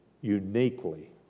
uniquely